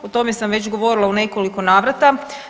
O tome sam već govorila u nekoliko navrata.